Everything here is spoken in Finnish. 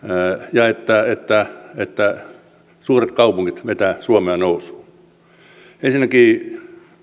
ja että että suuret kaupungit vetävät suomea nousuun ensinnäkin